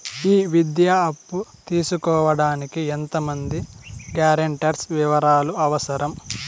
ఈ విద్యా అప్పు తీసుకోడానికి ఎంత మంది గ్యారంటర్స్ వివరాలు అవసరం?